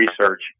research